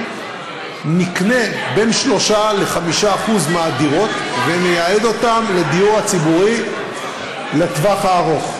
נקנה בין 3% ל-5% מהדירות ונייעד אותן לדיור הציבורי לטווח הארוך.